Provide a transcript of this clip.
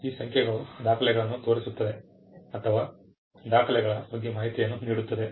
ಈ ಸಂಖ್ಯೆಗಳು ದಾಖಲೆಗಳನ್ನು ತೋರಿಸುತ್ತದೆ ಅಥವಾ ದಾಖಲೆಗಳ ಬಗ್ಗೆ ಮಾಹಿತಿಯನ್ನು ನೀಡುತ್ತದೆ